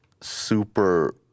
super